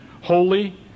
holy